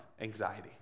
Anxiety